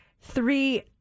three